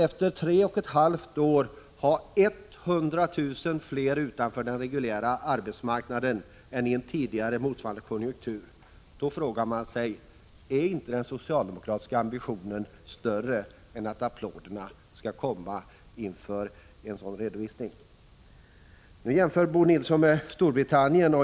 Efter tre och ett halvt år har vi 100 000 fler utanför den reguljära arbetsmarknaden än tidigare under motsvarande konjunktur. Då frågar man sig: Är inte den socialdemokratiska ambitionen större än att applåderna skall komma inför en sådan redovisning? Bo Nilsson jämför situationen i Sverige med den i Storbritannien.